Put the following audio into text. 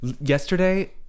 Yesterday